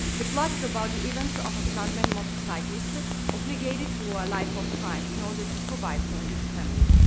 the plot is about the events of a stuntman motorcyclist obligated to a life of crime in order to provide for his family.